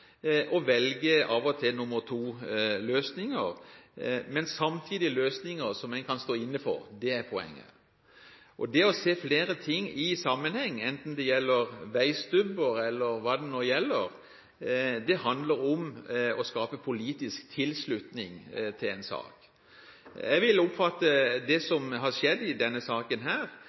må velge nr. 2-løsninger, men samtidig må det være løsninger som en kan stå inne for. Det er poenget: å se flere ting i sammenheng, enten det gjelder veistubber eller hva det nå gjelder, handler om å skape politisk tilslutning til en sak. Jeg oppfatter det som har skjedd i denne saken,